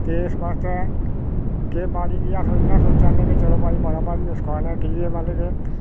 ते इस बास्तै गै बाड़ी गी अस इन्ना सोचाने कि चलो भाई बडा भारी नुक्सान ऐ की के मतलब कि